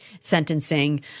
sentencing